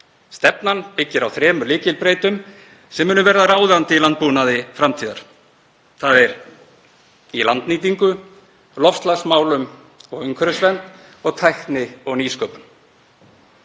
Stefnan byggir á þremur lykilbreytum sem munu verða ráðandi í landbúnaði framtíðar, þ.e. í landnýtingu, í loftslagsmálum og umhverfisvernd og í tækni og nýsköpun.